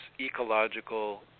ecological